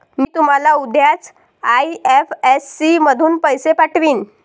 मी तुम्हाला उद्याच आई.एफ.एस.सी मधून पैसे पाठवीन